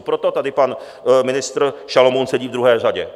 Proto tady pan ministr Šalomoun sedí v druhé řadě.